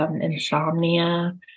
insomnia